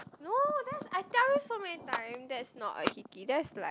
no that's I tell you so many times that's not a hickey that's like